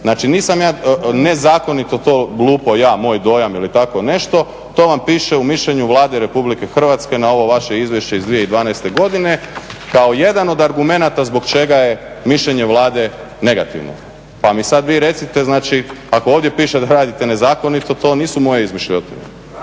Znači nisam ja, nezakonito to lupa, moj dojam ili tako nešto, to vam piše u mišljenju Vlade Republike Hrvatske na ovo vaše izvješće iz 2012. godine kao jedan od argumenata zbog čega je mišljenje Vlade negativno. Pa mi sad vi recite, znači ako ovdje piše da radite nezakonito to nisu moje izmišljotine.